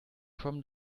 from